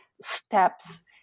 steps